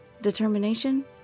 Determination